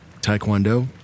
Taekwondo